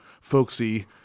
folksy